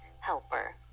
helper